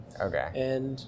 Okay